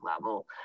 level